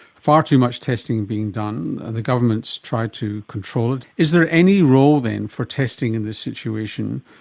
far too much testing being done. the government is trying to control it. is there any role then for testing in this situation?